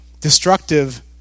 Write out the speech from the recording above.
destructive